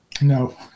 No